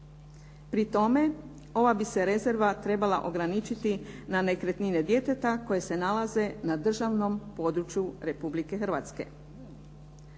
Pri tome, ova bi se rezerva trebala ograničiti na nekretnine djeteta koje se nalaze na državnom području Republike Hrvatske.